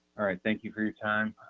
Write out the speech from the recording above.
all right. thank you for your time.